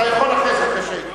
אתה יכול לגשת אחר כך.